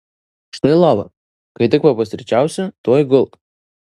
štai lova kai tik papusryčiausi tuoj gulk